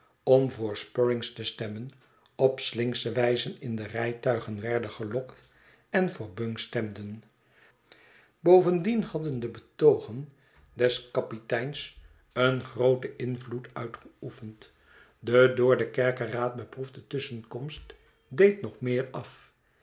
spruggins te stemmen op slinksche wijze in de rijtuigen werden gelokt en voor bung stemden bovendien hadden de betogen des kapiteins een grooten invloed uitgeoefend de door den kerkeraad beproefde tusschenkomst deed nog meer af